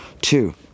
Two